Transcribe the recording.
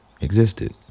existed